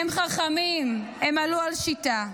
הם חכמים, הם עלו על שיטה.